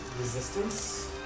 resistance